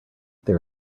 there